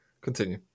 continue